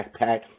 backpack